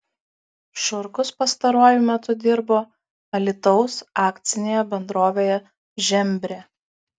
šurkus pastaruoju metu dirbo alytaus akcinėje bendrovėje žembrė